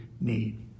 need